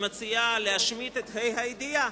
שמציעה להשמיט את ה"א הידיעה,